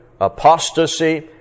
Apostasy